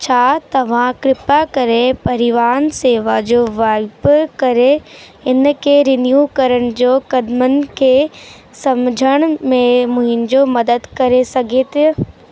छा तव्हां कृपा करे परिवहन सेवा जो वाहिप करे इन खे रिन्यू करण जो क़दमनि खे समुझण में मुंहिंजी मदद करे सघे थियो